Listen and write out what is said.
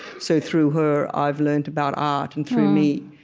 so through her, i've learned about art. and through me,